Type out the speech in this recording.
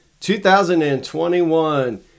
2021